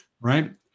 Right